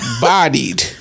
Bodied